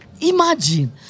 imagine